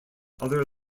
other